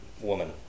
Woman